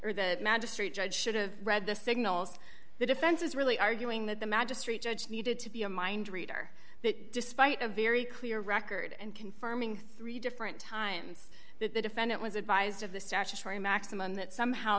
or the magistrate judge should've read the signals the defense is really arguing that the magistrate judge needed to be a mind reader that despite a very clear record and confirming three different times that the defendant was advised of the statutory maximum that somehow